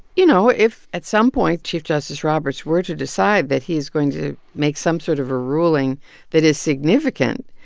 you know, if at some point chief justice roberts were to decide that he is going to make some sort of a ruling that is significant,